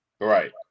Right